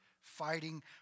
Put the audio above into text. fighting